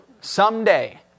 someday